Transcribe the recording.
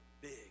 big